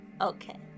Okay